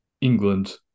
England